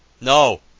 No